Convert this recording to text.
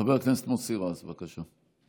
חבר הכנסת מוסי רז, בבקשה.